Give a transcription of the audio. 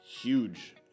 huge